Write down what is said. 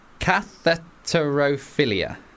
Catheterophilia